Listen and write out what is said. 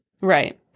right